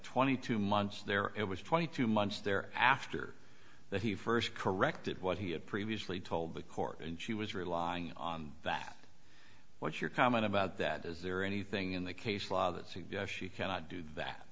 twenty two months there it was twenty two months there after that he first corrected what he had previously told the court and she was relying on that what's your comment about that is there anything in the case law that says yes you cannot do that